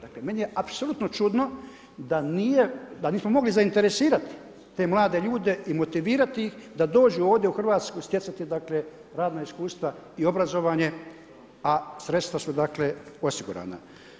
Dakle, meni je apsolutno čudno, da nismo mogli zainteresirati te mlade ljude i motivirati ih da dođu ovdje u Hrvatsku stjecati dakle, radno iskustva i obrazovanje a sredstva su osigurana.